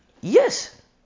yes